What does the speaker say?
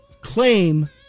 claim